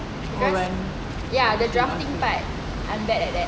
just ya the jumping part I'm bad at that